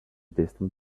distant